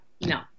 no